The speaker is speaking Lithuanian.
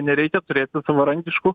nereikia turėti savarankiškų